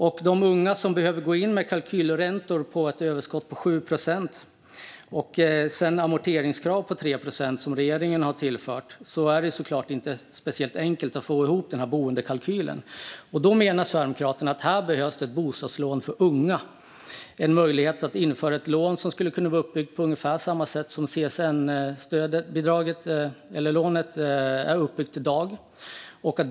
För de unga som behöver gå in med kalkylräntor på ett överskott på 7 procent och sedan amorteringskrav på 3 procent som regeringen har tillfört är det såklart inte speciellt enkelt att få ihop boendekalkylen. Sverigedemokraterna menar att här behövs ett bostadslån för unga. Det behövs en möjlighet att införa ett lån som skulle kunna vara uppbyggt på ungefär samma sätt som CSN-lånet är uppbyggt i dag.